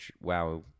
WoW